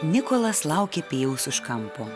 nikolas laukė pijaus už kampo